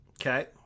Okay